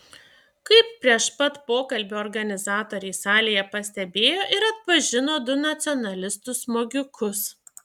kaip prieš pat pokalbį organizatoriai salėje pastebėjo ir atpažino du nacionalistus smogikus